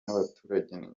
n’abaturage